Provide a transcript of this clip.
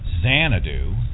Xanadu